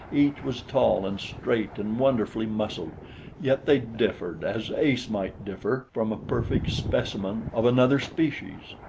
each was tall and straight and wonderfully muscled yet they differed as ace might differ from a perfect specimen of another species.